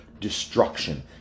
destruction